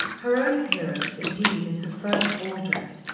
her own appearance, indeed, in her first ball-dress,